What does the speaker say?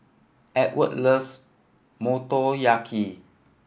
Edward loves Motoyaki